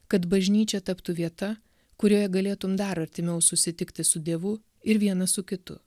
kad bažnyčia taptų vieta kurioje galėtum dar artimiau susitikti su dievu ir vienas su kitu